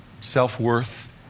Self-worth